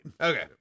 Okay